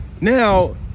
now